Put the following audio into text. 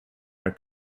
are